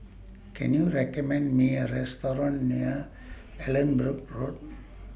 Can YOU recommend Me A Restaurant near Allanbrooke Road